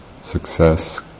success